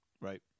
right